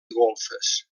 golfes